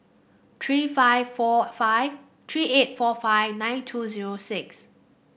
three five four five three eight four five nine two zero six